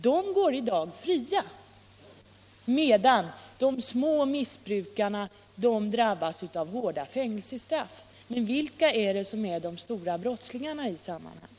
De går i dag fria, medan de små missbrukarna drabbas av hårda fängelsestraff. Vilka är de stora brottslingarna i sammanhanget?